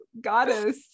goddess